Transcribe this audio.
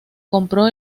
compró